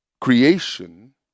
creation